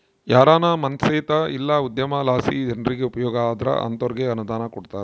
ಯಾರಾನ ಮನ್ಸೇತ ಇಲ್ಲ ಉದ್ಯಮಲಾಸಿ ಜನ್ರಿಗೆ ಉಪಯೋಗ ಆದ್ರ ಅಂತೋರ್ಗೆ ಅನುದಾನ ಕೊಡ್ತಾರ